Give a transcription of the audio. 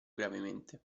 gravemente